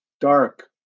dark